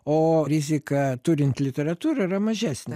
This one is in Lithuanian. o rizika turint literatūrą yra mažesnė